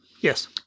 Yes